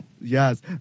Yes